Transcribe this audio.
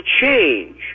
change